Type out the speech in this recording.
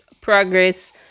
progress